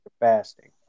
fasting